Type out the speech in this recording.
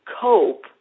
Cope